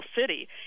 city